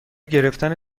گرفتن